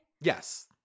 Yes